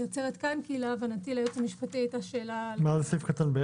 אני עוצרת כאן כי להבנתי לייעוץ המשפטי היתה שאלה על התיקון.